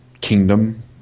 kingdom